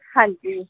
ਹਾਂਜੀ